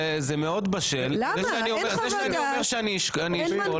זה מאוד בשל, זה שאני אומר שאני אשקול.